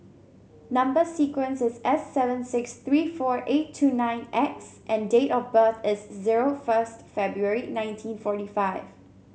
number sequence is S seven six three four eight two nine X and date of birth is zero first February nineteen forty five